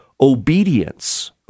obedience